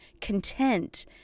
content